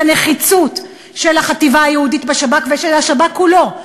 את הנחיצות של החטיבה היהודית בשב"כ ושל השב"כ כולו,